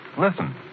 Listen